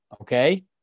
Okay